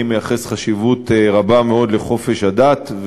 אני מייחס חשיבות רבה מאוד לחופש הדת,